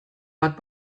bat